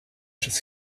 przez